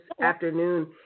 afternoon